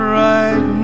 right